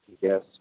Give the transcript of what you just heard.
yes